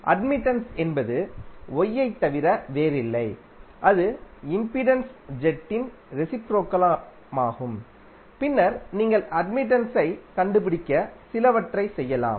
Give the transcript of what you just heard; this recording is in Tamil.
அட்மிடன்ஸ் என்பது Y ஐத் தவிர வேறில்லை அது இம்பிடன்ஸ் ஜெட்டின் ரெசிப்ரோகல் மாகும் பின்னர் நீங்கள் அட்மிடன்ஸை கண்டுபிடிக்க சிலவற்றை செய்யலாம்